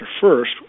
first